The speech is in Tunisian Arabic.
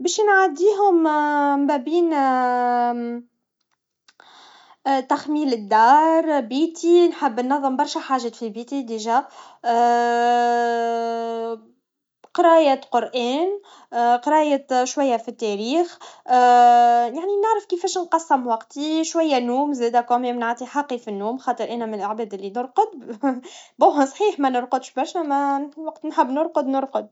إذا كان عندي ثلاث ساعات، نحب نخصصها للقراءة ومشاهدة الأفلام. نحب نغوص في عالم القصص والخيال، أو نشوف فيلم جديد. زادة، نحب نخرج في الطبيعة ونتنفس هواء نقي. هالوقت يعطيني فرصة للاسترخاء وتجديد النشاط.